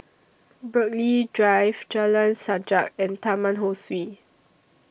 Burghley Drive Jalan Sajak and Taman Ho Swee